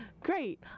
Great